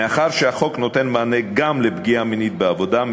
מאחר שהחוק נותן מענה גם לפגיעה מינית בעבודה,